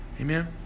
Amen